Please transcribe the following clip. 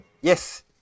yes